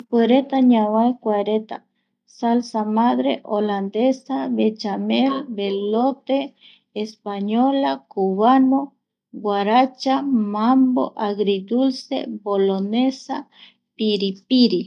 Ipuereta ñavae kuareta, salsa madre, holandesa, bechamel, velote, española, cubano, guaracha, mambo agridulce, bolonesa, piripiri